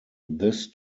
this